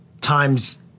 times